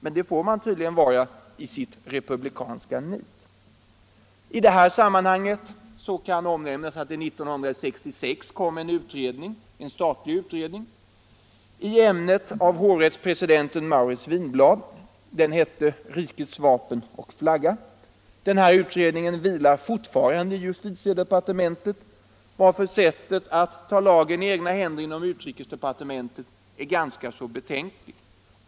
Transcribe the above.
Men det får man tydligen vara i sitt republikanska nit. rikesdepartementet är ganska betänkligt.